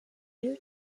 new